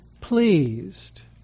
pleased